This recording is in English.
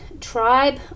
tribe